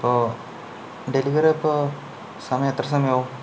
അപ്പോൾ ഡെലിവറി എപ്പോൾ സമയം എത്ര സമയമാകും